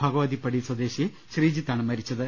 ഭഗ വതിപ്പടി സ്വദേശി ശ്രീജിത്താണ് മരിച്ചത്